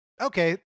okay